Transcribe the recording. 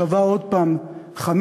שווה עוד פעם חמש,